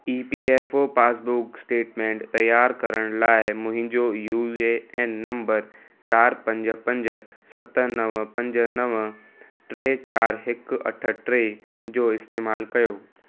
ई P F O passbook statement तयारु करण लाइ मुंहिंजो यू ए एन नंबर चार पंज पंज सत नवं पंज नवं टे चार हिकु अठ टे जो इस्तेमालु कयो